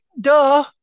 duh